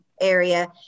area